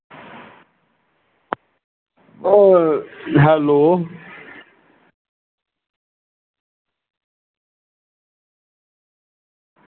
hello